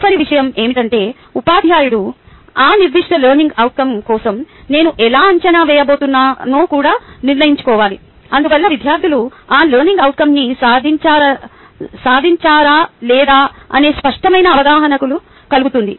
తదుపరి విషయం ఏమిటంటే ఉపాధ్యాయుడు ఆ నిర్దిష్ట లెర్నింగ్ అవుట్కం కోసం నేను ఎలా అంచనా వేయబోతున్నానో కూడా నిర్ణయించుకోవాలి అందువల్ల విద్యార్థులు ఆ లెర్నింగ్ అవుట్కంన్ని సాధించారా లేదా అనే స్పష్టమైన అవగాహన కలుగుతుంది